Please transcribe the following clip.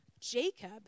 Jacob